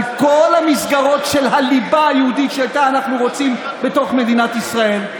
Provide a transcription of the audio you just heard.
על כל המסגרות של הליבה היהודית שאותה אנחנו רוצים בתוך מדינת ישראל.